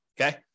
okay